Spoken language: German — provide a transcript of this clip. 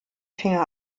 finger